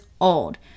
old